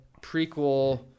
prequel